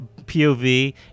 POV